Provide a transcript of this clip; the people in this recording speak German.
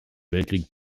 weltkrieg